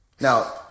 Now